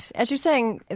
as you're saying,